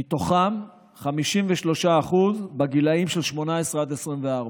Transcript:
מתוכם 53% בגיל 18 24,